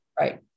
right